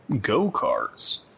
Go-karts